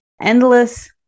endless